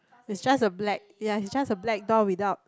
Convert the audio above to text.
they shut the black ya they shut the black door without